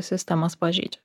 sistemas pažeidžia